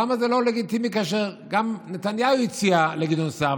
למה זה לא לגיטימי כאשר גם נתניהו הציע לגדעון סער?